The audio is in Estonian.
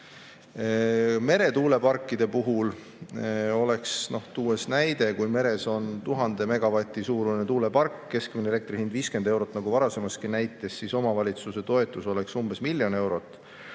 Meretuuleparkide puhul oleks näide selline: kui meres on 1000 megavati suurune tuulepark, keskmine elektri hind 50 eurot nagu varasemaski näites, siis omavalitsuse toetus oleks umbes miljon eurot.